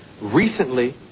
Recently